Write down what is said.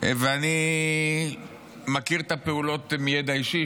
ואני מכיר את הפעולות מידע אישי.